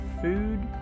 food